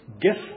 gift